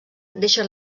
deixa